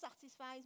satisfies